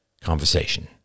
conversation